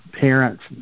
parents